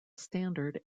standard